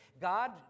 God